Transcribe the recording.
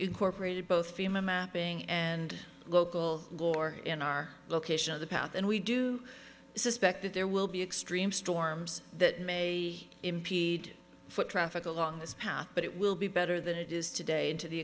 incorporated both fema mapping and local lore in our location of the path and we do suspect that there will be extreme storms that may impede foot traffic along this path but it will be better than it is today and to the